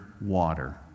water